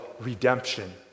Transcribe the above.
redemption